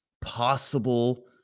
possible